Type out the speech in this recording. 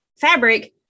fabric